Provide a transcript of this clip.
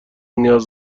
نیاز